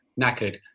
knackered